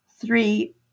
three